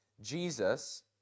Jesus